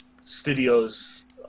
Studios